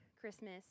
Christmas